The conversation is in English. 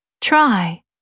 try